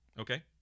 Okay